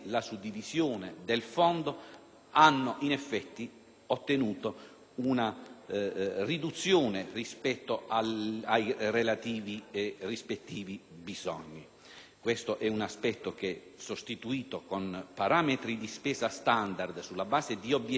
hanno in effetti ottenuto una riduzione in ordine ai relativi e rispettivi bisogni. Si tratta di un aspetto che, sostituito con parametri di spesa standard, sulla base di obiettivi che tengano conto dei relativi